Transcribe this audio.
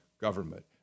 government